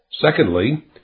Secondly